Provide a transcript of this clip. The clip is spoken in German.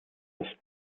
das